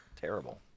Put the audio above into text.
Terrible